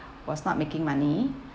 was not making money